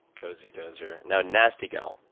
cozy dozer. now nasty gal.